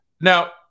Now